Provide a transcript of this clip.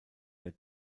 der